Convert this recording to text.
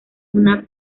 una